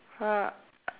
!huh!